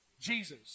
Jesus